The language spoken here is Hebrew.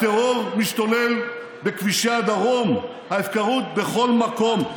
הטרור משתולל בכבישי הדרום, ההפקרות בכל מקום.